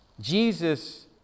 Jesus